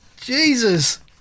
Jesus